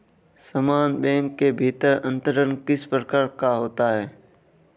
समान बैंक के भीतर अंतरण किस प्रकार का होता है?